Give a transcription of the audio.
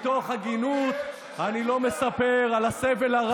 מתוך הגינות אני לא מספר על הסבל הרב.